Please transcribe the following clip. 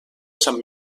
sant